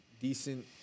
decent